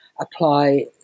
apply